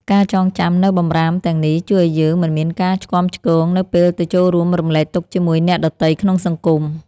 ការចងចាំនូវបម្រាមទាំងនេះជួយឱ្យយើងមិនមានការឆ្គាំឆ្គងនៅពេលទៅចូលរួមរំលែកទុក្ខជាមួយអ្នកដទៃក្នុងសង្គម។